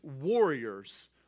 warriors